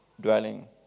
dwelling